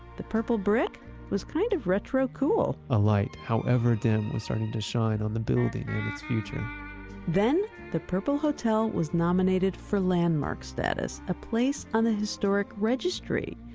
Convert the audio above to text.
the purple brick was kind of retro cool a light, however dim, was starting to shine on the and its future then the purple hotel was nominated for landmark status, a place on the historic registry.